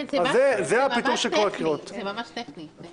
זה ממש טכני.